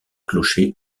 clocher